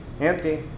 empty